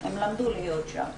הם למדו להיות שם.